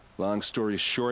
long story short.